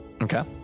okay